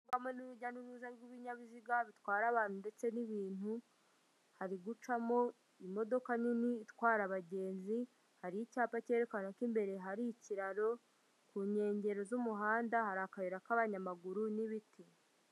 Hamwe n'urujya n'uruza rw'ibinyabiziga bitwara abantu ndetse n'ibintu hari gucamo imodoka nini itwara abagenzi hari icyapa cyerekana ko imbere hari ikiraro ku nkengero z'umuhanda hari akayira k'abanyamaguru n'ibiti